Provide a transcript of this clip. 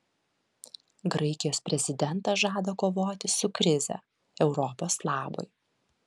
graikijos prezidentas žada kovoti su krize europos labui